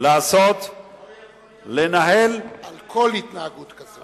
זה לא יכול להיות, על כל התנהגות כזאת.